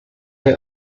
they